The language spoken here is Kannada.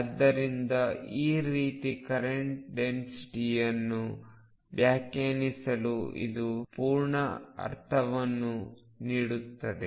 ಆದ್ದರಿಂದ ಈ ರೀತಿ ಕರೆಂಟ್ ಡೆನ್ಸಿಟಿಯನ್ನು ವ್ಯಾಖ್ಯಾನಿಸಲು ಇದು ಪರಿಪೂರ್ಣ ಅರ್ಥವನ್ನು ನೀಡುತ್ತದೆ